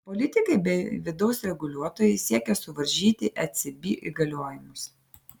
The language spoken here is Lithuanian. politikai bei vidaus reguliuotojai siekia suvaržyti ecb įgaliojimus